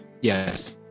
Yes